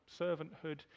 servanthood